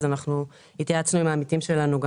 אז התייעצנו עם העמיתים שלנו.